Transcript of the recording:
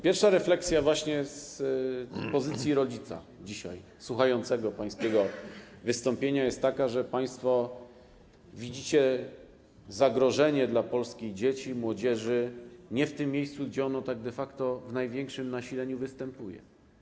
Pierwsza refleksja z pozycji rodzica słuchającego dzisiaj pańskiego wystąpienia jest taka, że państwo widzicie zagrożenie dla polskich dzieci, młodzieży nie w tym miejscu, gdzie ono de facto w największym nasileniu występuje.